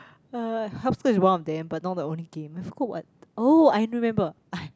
uh hopscotch is one of them but not the only game I forgot what oh I remember I